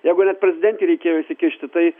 jeigu net prezidentei reikėjo įsikišti tai